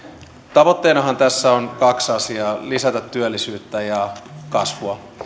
tavoitteenahan tässä on kaksi asiaa lisätä työllisyyttä ja kasvua